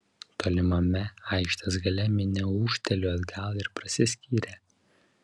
tolimame aikštės gale minia ūžtelėjo atgal ir prasiskyrė